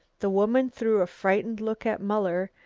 the woman threw a frightened look at muller,